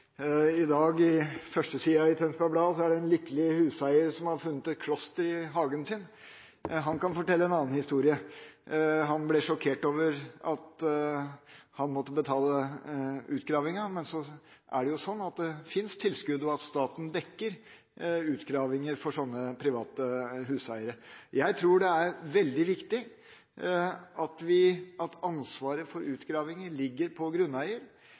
i dag er det en lykkelig huseier som har funnet et kloster i hagen sin. Han kan fortelle en annen historie. Han ble sjokkert over at han måtte betale utgravinga. Men det er jo sånn at det fins tilskudd, og at staten dekker utgravinger for slike private huseiere. Jeg tror det er veldig viktig at ansvaret for utgravinger ligger på grunneier,